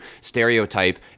stereotype